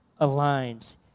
aligns